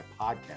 podcast